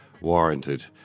warranted